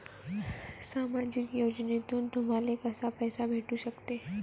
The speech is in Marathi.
सामाजिक योजनेतून तुम्हाले कसा पैसा भेटू सकते?